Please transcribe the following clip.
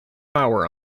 hour